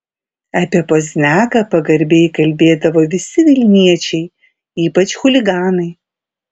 apie pozniaką pagarbiai kalbėdavo visi vilniečiai ypač chuliganai